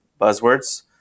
buzzwords